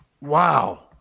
Wow